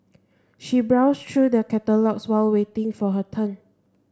she browsed through the catalogues while waiting for her turn